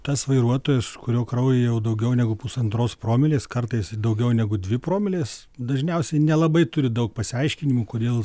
tas vairuotojas kurio kraujyje jau daugiau negu pusantros promilės kartais daugiau negu dvi promiles dažniausiai nelabai turi daug pasiaiškinimų kodėl